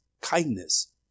kindness